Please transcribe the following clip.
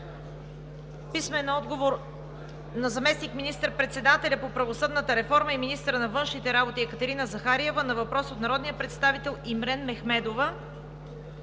Писмени отговори от: - заместник министър-председателя по правосъдната реформа и министър на външните работи Екатерина Захариева на въпрос от народния представител Дора Янкова;